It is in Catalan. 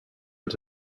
els